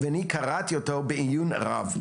ואני קראתי אותו בעיון רב.